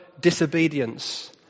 disobedience